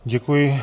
Děkuji.